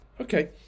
Okay